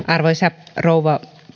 arvoisa rouva